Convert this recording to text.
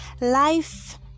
Life